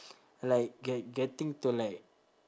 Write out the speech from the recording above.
like get~ getting to like